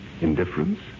indifference